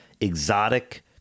exotic